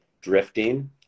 drifting